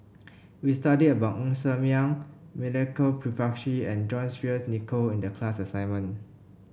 we studied about Ng Ser Miang Milenko Prvacki and John Fearns Nicoll in the class assignment